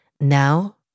Now